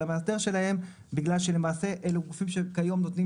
המאסדר שלהם מגלל שלמעשה אלו גופים שכיום נותנים